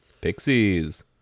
pixies